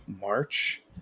march